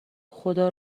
خدا